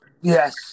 Yes